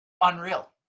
unreal